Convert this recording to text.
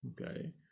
okay